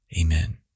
Amen